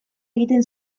egiten